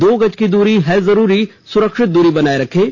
दो गज की दूरी है जरूरी सुरक्षित दूरी बनाए रखें